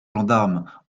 gendarme